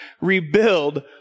rebuild